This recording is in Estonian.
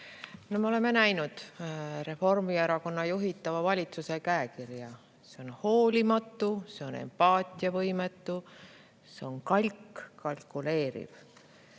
Me oleme näinud Reformierakonna juhitava valitsuse käekirja. See on hoolimatu, see on empaatiavõimetu, see on kalk, kalkuleeriv.